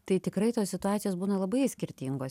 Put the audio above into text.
tai tikrai tos situacijos būna labai skirtingos